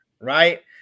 right